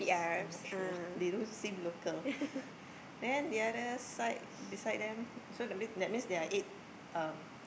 I'm not sure they don't seem local then the other side beside them so a bit that means there are eight um